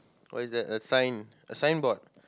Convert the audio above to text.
what is that a sign a signboard